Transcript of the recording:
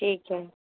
ठीक है